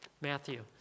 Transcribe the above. Matthew